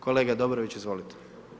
Kolega Dobrović, izvolite.